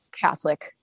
Catholic